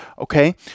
Okay